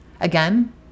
Again